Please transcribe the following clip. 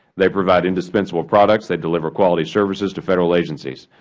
they provide indispensable products, they deliver quality services to federal agencies.